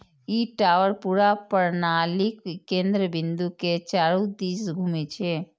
ई tower पूरा प्रणालीक केंद्र बिंदु के चारू दिस घूमै छै